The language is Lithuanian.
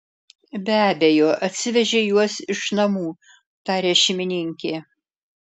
be abejo atsivežei juos iš namų taria šeimininkė